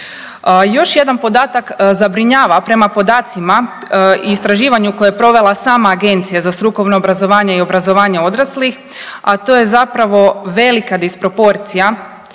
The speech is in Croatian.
Još jedan podatak zabrinjava prema podacima i istraživanju koje je provela sama Agencija za strukovno obrazovanje i obrazovanje odraslih, a to je zapravo velika disproporcija